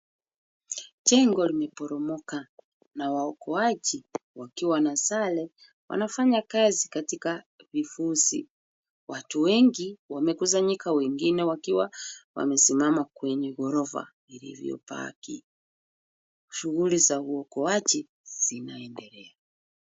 Jengo limeporomoka na waokoaji wakiwa na sare wanafanya kazi katika vifusi. Watu wengi wamekusanyika wengine wakiwa wamesimama kwenye ghorofa ilivyobaki. Shughuli za uokoaji zinaendelea.